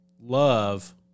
love